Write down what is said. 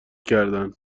کردن